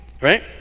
right